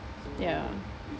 ya